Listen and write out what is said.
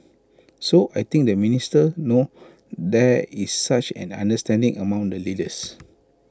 so I think the ministers know there is such an understanding among the leaders